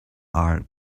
are